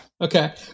Okay